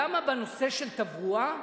למה בנושא של תברואה,